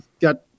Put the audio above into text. got